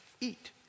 eat